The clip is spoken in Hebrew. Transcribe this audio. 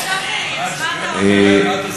אז מה אתה אומר?